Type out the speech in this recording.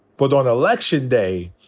but on election day,